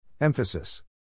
Emphasis